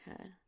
Okay